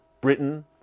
Britain